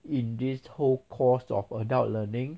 in this whole course of adult learning